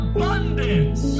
Abundance